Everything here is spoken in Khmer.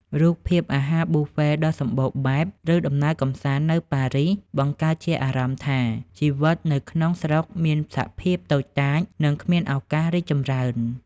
រូបភាពអាហារប៊ូហ្វេដ៏សំបូរបែប ឬដំណើរកម្សាន្តនៅប៉ារីស បង្កើតជាអារម្មណ៍ថា ជីវិតនៅក្នុងស្រុកមានសភាពតូចតាច និងគ្មានឱកាសរីកចម្រើន។